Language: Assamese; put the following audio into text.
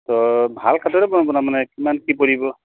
ত' ভাল কাঠতে ব বনাম মানে কিমান কি পৰিব